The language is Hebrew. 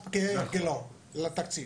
נכנסים כרגיל לתקציב.